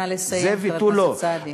נא לסיים, חבר הכנסת סעדי.